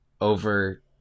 over